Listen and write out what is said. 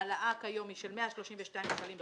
ההעלאה כיום היא של 132 שקלים בחודש,